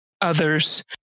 others